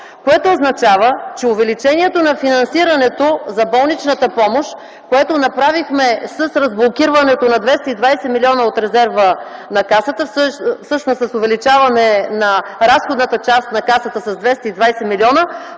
Което означава, че увеличението на финансирането за болничната помощ, което направихме с разблокирането на 220 милиона от резерва на Касата, всъщност с увеличаване на разходната част на Касата с 220 милиона,